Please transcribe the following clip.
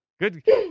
good